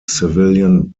civilian